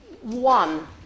One